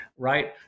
Right